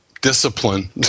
Discipline